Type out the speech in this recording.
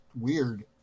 weird